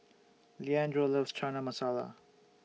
Leandro loves Chana Masala